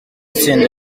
itsinda